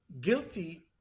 guilty